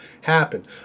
happen